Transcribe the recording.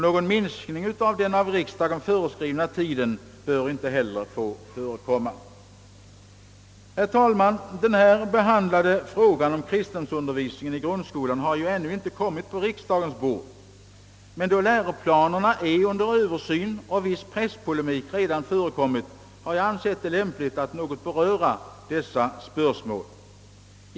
Någon minskning av den av riksdagen föreskrivna tiden bör inte heller få förekomma. Herr talman! Den här behandlade frågan om kristendomsundervisningen i grundskolan har ju ännu inte kommit på riksdagens bord. Då läroplanerna är under översyn och viss presspolemik redan förekommit har jag emellertid ansett det lämpligt att något beröra dessa spörsmål.